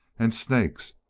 and snakes,